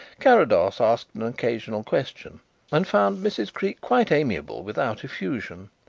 carrados asked an occasional question and found mrs. creake quite amiable without effusion.